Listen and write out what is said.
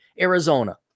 Arizona